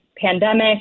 pandemic